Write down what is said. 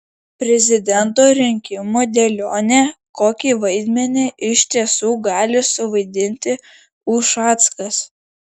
prezidento rinkimų dėlionė kokį vaidmenį iš tiesų gali suvaidinti ušackas